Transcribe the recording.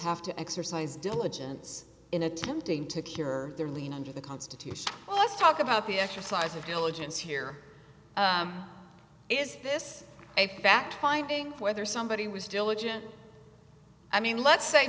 have to exercise diligence in attempting to cure their lien under the constitution let's talk about the exercise of diligence here is this a fact finding whether somebody was diligent i mean let's say